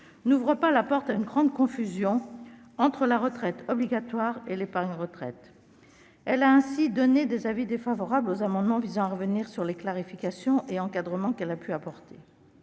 n'ouvre pas la porte à une grande confusion entre la retraite obligatoire et l'épargne retraite. Aussi a-t-elle émis des avis défavorables sur les amendements visant à revenir sur les clarifications et encadrements qu'elle a pu apporter.